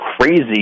crazy